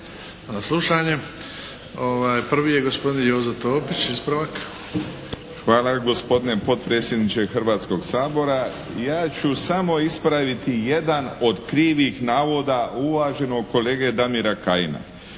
sa slušanje. Prvi je gospodin Jozo Topić. **Topić, Jozo (HDZ)** Hvala gospodine potpredsjedniče Hrvatskoga sabora. Ja ću samo ispraviti jedan od krivih navoda uvaženog kolege Damira Kajina.